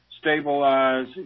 stabilize